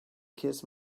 kiss